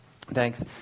Thanks